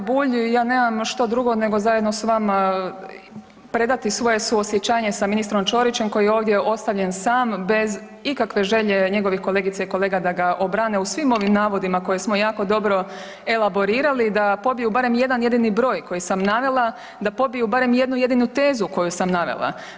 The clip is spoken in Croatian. Hvala lijepa, pa kolega Bulj ja nemam što drugo nego zajedno s vama predati svoje suosjećanje sa ministrom Ćorićem koji je ovdje ostavljen sam bez ikakve želje njegovih kolegica i kolega da ga obrane u svim ovim navodima koje smo jako dobro elaborirali da pobiju barem jedan jedini broj koji sam navela, da pobiju barem jednu jedinu tezu koju sam navela.